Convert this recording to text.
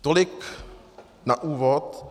Tolik na úvod.